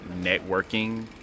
networking